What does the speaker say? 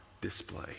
display